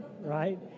right